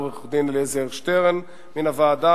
לעורך-דין אלעזר שטרן מן הוועדה.